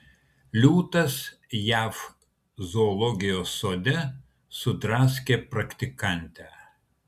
liūtas jav zoologijos sode sudraskė praktikantę